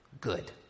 good